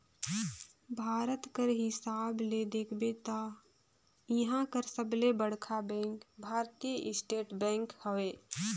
भारत कर हिसाब ले देखबे ता इहां कर सबले बड़खा बेंक भारतीय स्टेट बेंक हवे